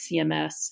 CMS